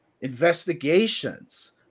investigations